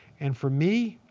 and for me,